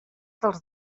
dels